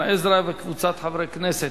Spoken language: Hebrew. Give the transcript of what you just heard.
לי כתוב ועדת הכלכלה.